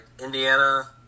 Indiana